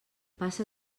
passa